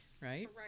right